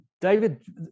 david